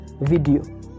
video